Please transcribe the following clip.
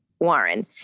Warren